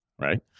right